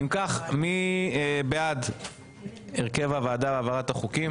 אם כך, מי בעד הרכב הוועדה להעברת החוקים?